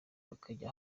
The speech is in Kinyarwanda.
bakajya